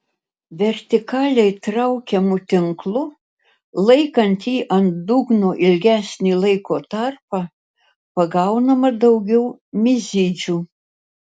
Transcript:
vertikaliai traukiamu tinklu laikant jį ant dugno ilgesnį laiko tarpą pagaunama daugiau mizidžių